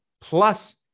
plus